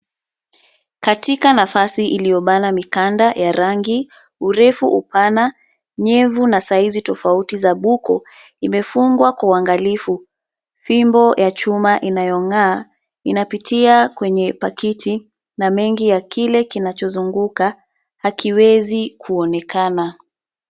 Katika nafasi iliyobana mikanda ya rangi, urefu, upana, nyevu na saizi tofauti za buku imefungwa kwa uangalifu. Fimbo ya chuma inayong'aa inapitia kwenye pakiti na mengi ya kile kinachozunguka hakiwezi kuonekana.